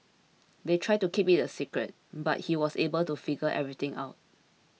they tried to keep it a secret but he was able to figure everything out